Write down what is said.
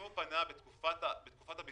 אם הוא פנה בתקופת הביטוח